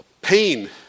Pain